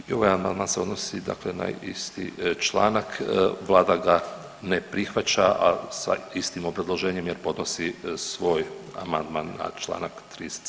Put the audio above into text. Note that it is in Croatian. I ovaj amandman se odnosi dakle na isti članak, vlada ga ne prihvaća, a sa istim obrazloženjem jer podnosi svoj amandman na Članak 37.